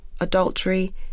adultery